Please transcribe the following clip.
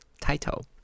title